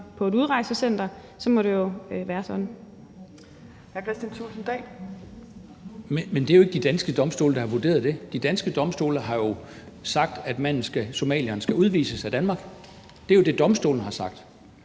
15:39 Kristian Thulesen Dahl (DF): Men det er jo ikke de danske domstole, der har vurderet det. De danske domstole har jo sagt, at somalieren skal udvises af Danmark. Det er jo det, domstolene har sagt.